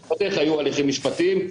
כשבדרך היו הליכים משפטיים,